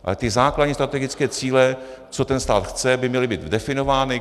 Ale ty základní strategické cíle, co stát chce, by měly být definovány.